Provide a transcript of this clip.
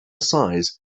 size